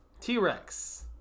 t-rex